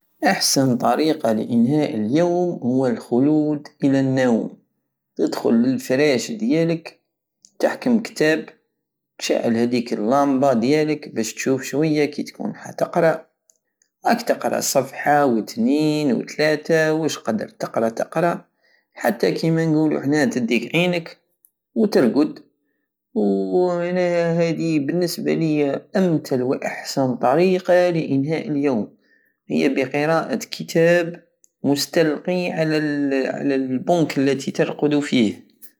احسن طريقة لانهاء اليوم هو الخلود الى النوم تتدخل للفراش ديالك تحكم كتاب تشعل هديك اللومبا ديالك بش تشوف شوية كي تكون حتقرى راك تقرى صفة وتنين وتلاتة وش تقدر تقرى تقرى حتى كيما نقولو حنا تديك عينك وترقد وانا هادي بالنسبة ليا امتل واحسن طريقة لانهاء اليوم هي بقراءة كتاب مستلقي على- على البنك التي ترقد فيه